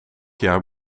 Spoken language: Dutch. jaar